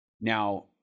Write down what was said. Now